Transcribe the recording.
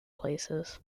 places